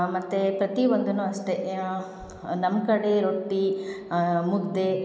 ಮತ್ತು ಪ್ರತಿಯೊಂದನ್ನು ಅಷ್ಟೇ ನಮ್ಮ ಕಡೆ ರೊಟ್ಟಿ ಮುದ್ದೆ